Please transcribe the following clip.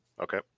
Okay